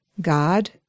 God